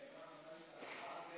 דיון במליאה.